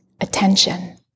attention